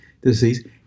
disease